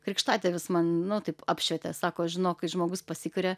krikštatėvis man nu taip apšvietė sako žinok kai žmogus pasikaria